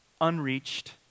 unreached